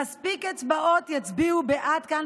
מספיק אצבעות יצביעו בעד כאן,